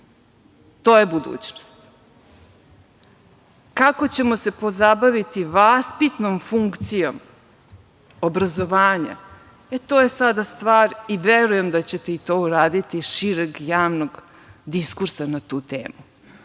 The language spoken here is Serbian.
To je budućnost. Kako ćemo se pozabaviti vaspitnom funkcijom obrazovanja? To je sada stvar i verujem da ćete i to uraditi šireg javnog diskursa na tu temu.